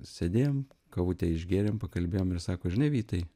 sėdėjom kavutę išgėrėm pakalbėjom ir sako žinai vytai